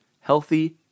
healthy